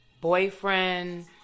boyfriend